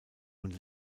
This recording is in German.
und